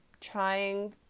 trying